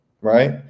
Right